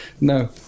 No